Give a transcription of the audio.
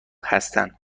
هستن